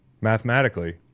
mathematically